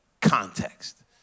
context